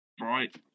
Right